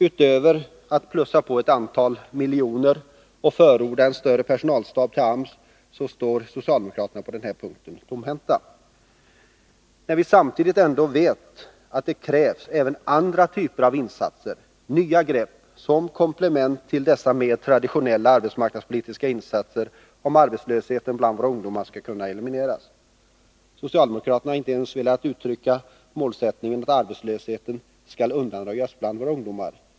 Utöver förslaget att plussa på ett antal miljoner och förordandet av en större personalstab till AMS, så står socialdemokraterna tomhänta — samtidigt som vi vet att det krävs även andra typer av insatser, nya grepp, som komplement till dessa mer traditionella arbetsmarknadspolitiska insatser, om arbetslösheten bland våra ungdomar skall kunna elimineras. Socialdemokraterna har inte ens velat uttrycka målsättningen att arbetslösheten skall undanröjas bland våra ungdomar.